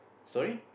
sorry